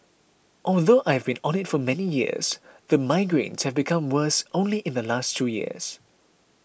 although I have been on it for many years the migraines have become worse only in the last two years